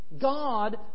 God